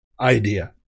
idea